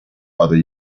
other